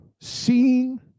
seeing